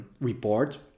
report